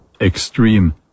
extreme